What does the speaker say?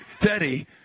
Teddy